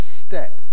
step